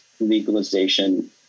legalization